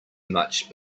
much